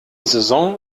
saison